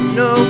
no